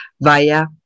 via